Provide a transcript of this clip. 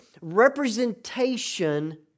representation